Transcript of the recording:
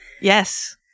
Yes